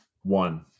One